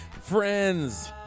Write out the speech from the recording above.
Friends